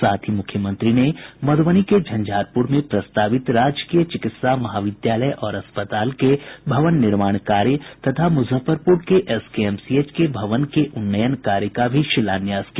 साथ ही मुख्यमंत्री ने मध्यबनी के झंझारपुर में प्रस्तावित राजकीय चिकित्सा महाविद्यालय और अस्पताल के भवन निर्माण कार्य तथा मुजफ्फरपुर स्थित एसकेएमसीएच के भवन के उन्नयन कार्य का शिलान्यास भी किया